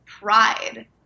pride